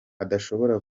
adashobora